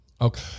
Okay